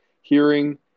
hearing